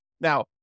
Now